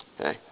Okay